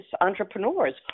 entrepreneurs